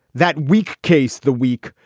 that weak case, the weak,